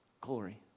glory